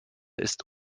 ist